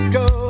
go